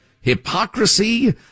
hypocrisy